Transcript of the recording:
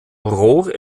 rohr